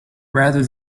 rather